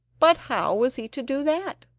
but how was he to do that,